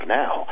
now